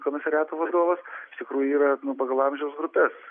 komisariato vadovas iš tikrųjų yra pagal amžiaus grupes